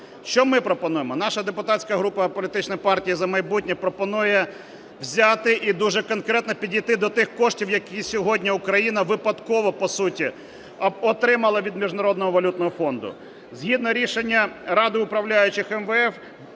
Що ми пропонуємо? Наша депутатська група "Політична партія "За майбутнє" пропонує взяти і дуже конкретно підійти до тих коштів, які сьогодні Україна, випадково по суті, отримала від Міжнародного валютного фонду. Згідно рішення Ради управляючих МВФ